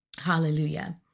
Hallelujah